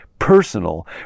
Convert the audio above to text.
personal